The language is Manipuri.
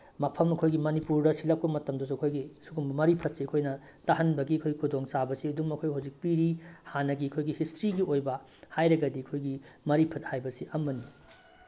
ꯃꯐꯝ ꯑꯩꯈꯣꯏꯒꯤ ꯃꯅꯤꯄꯨꯔꯗ ꯁꯤꯜꯂꯛꯄ ꯃꯇꯝꯗꯁꯨ ꯑꯩꯈꯣꯏꯒꯤ ꯁꯤꯒꯨꯝꯕ ꯃꯔꯤꯐꯠꯁꯤ ꯑꯩꯈꯣꯏꯅ ꯇꯥꯍꯟꯕꯒꯤ ꯑꯩꯈꯣꯏ ꯈꯨꯗꯣꯡꯆꯥꯕ ꯑꯁꯤ ꯑꯗꯨꯝ ꯑꯩꯈꯣꯏ ꯍꯧꯖꯤꯛ ꯄꯤꯔꯤ ꯍꯥꯟꯅꯒꯤ ꯑꯩꯈꯣꯏꯒꯤ ꯍꯤꯁꯇ꯭ꯔꯤꯒꯤ ꯑꯣꯏꯕ ꯍꯥꯏꯔꯒꯗꯤ ꯑꯩꯈꯣꯏꯒꯤ ꯃꯔꯤꯐꯠ ꯍꯥꯏꯕꯁꯤ ꯑꯃꯅꯤ